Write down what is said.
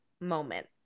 moment